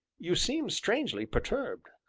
you seemed strangely perturbed.